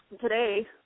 today